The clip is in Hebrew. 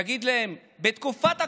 תגיד להם: בתקופת הקורונה,